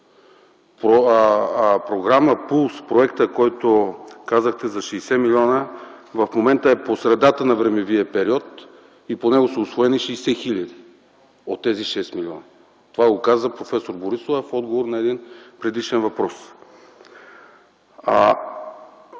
програма ПУЛСС – проектът, който споменахте, за 60 милиона в момента е по средата на времевия период и по него са усвоени 60 хиляди от тези 6 милиона. Това го каза проф. Борисова в отговор на предишен въпрос.